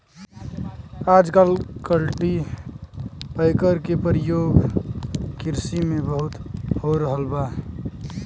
आजकल कल्टीपैकर के परियोग किरसी में बहुत हो रहल बा